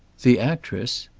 the actress?